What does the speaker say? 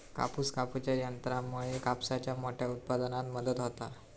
कापूस कापूच्या यंत्रामुळे कापसाच्या मोठ्या उत्पादनात मदत होता